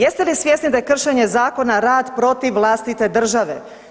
Jeste li svjesni da je kršenje zakona rad protiv vlastite države?